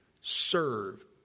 Serve